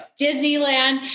Disneyland